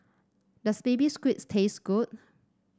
does Baby Squid taste good